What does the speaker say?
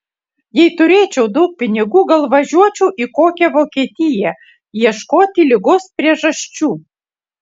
jei turėčiau daug pinigų gal važiuočiau į kokią vokietiją ieškoti ligos priežasčių